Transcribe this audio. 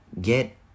get